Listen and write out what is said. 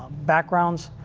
backgrounds.